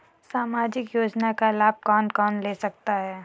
सामाजिक योजना का लाभ कौन कौन ले सकता है?